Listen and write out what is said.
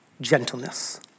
gentleness